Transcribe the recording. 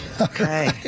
Okay